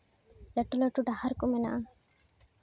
ᱞᱟᱹᱴᱩ ᱞᱟᱹᱴᱩ ᱰᱟᱦᱟᱨ ᱠᱚ ᱢᱮᱱᱟᱜᱼᱟ